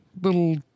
little